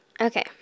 Okay